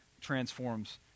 transforms